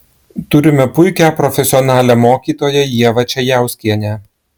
turime puikią profesionalią mokytoją ievą čejauskienę